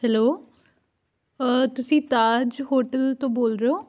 hello ਤੁਸੀਂ Taj hotel ਤੋਂ ਬੋਲ ਰਹੇ ਹੋ